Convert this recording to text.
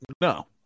No